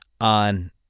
on